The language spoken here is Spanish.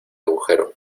agujero